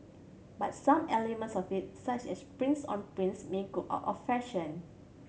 but some elements of it such as prints on prints may go out of fashion